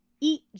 eat